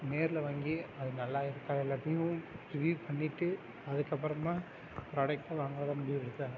நேரில் வாங்கி அது நல்லா இருக்கா இல்லாட்டியும் முடிவு பண்ணிவிட்டு அதுக்கு அப்புறமா ப்ராடக்ட்டை வாங்கிறாதுன்னு முடிவு எடுக்கணும்